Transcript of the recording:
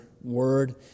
word